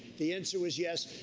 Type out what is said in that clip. the answer was yes.